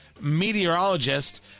meteorologist